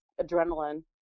adrenaline